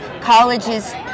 colleges